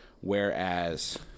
Whereas